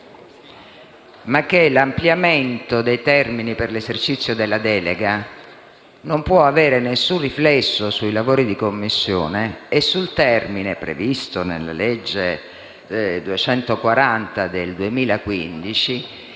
Ma l'ampliamento dei termini per l'esercizio della delega non può avere alcun riflesso sui lavori di Commissione e sul termine previsto nella legge n. 240 del 2015,